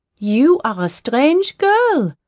you are a strange girl,